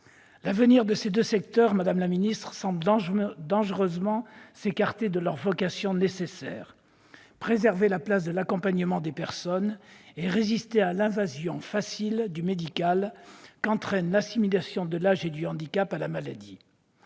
L'avenir de ces deux secteurs, madame la ministre, semble dangereusement s'écarter de leur vocation nécessaire : préserver la place de l'accompagnement des personnes et résister à l'invasion facile du médical, qu'entraîne l'assimilation de l'âge et du handicap à la maladie.